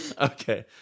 Okay